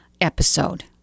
episode